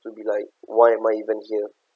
to be like why am I even here